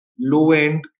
low-end